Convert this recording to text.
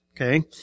Okay